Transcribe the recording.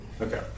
Okay